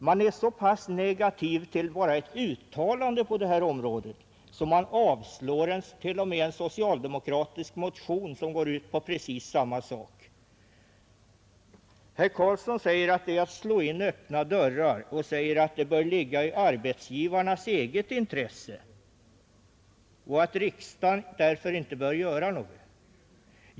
Man är så negativ redan till ett uttalande, att man avstyrker t.o.m. en socialdemokratisk motion som går ut på precis samma sak. Herr Karlsson i Huskvarna säger att man slår in öppna dörrar och att det bör ligga i arbetsgivarnas eget intresse att ordna denna sak och att riksdagen därför inte bör göra något.